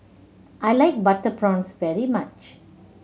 I like butter prawns very much